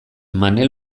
manel